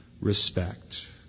respect